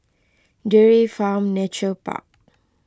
Dairy Farm Nature Park